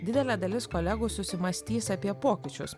didelė dalis kolegų susimąstys apie pokyčius